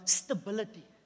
stability